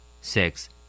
six